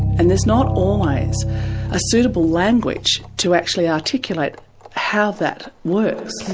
and there's not always a suitable language to actually articulate how that works.